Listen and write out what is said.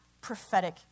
prophetic